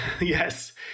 Yes